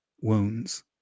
wounds